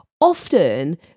Often